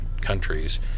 countries